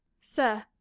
Sir